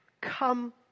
Come